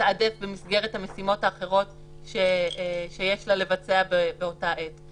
לתעדף במסגרת המשימות האחרות שיש לה לבצע באותה עת.